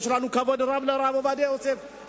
יש לנו כבוד רב לרב עובדיה יוסף,